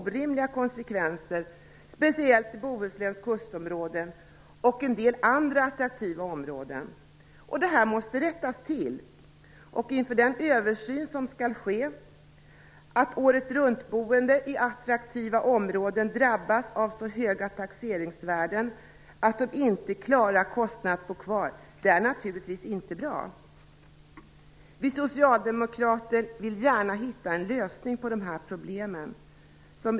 Att åretruntboende i attraktiva områden drabbas av så höga taxeringsvärden att de inte klarar kostnaderna för att bo kvar är naturligtvis inte bra. Det måste rättas till.